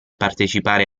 partecipare